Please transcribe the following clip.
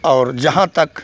और जहाँ तक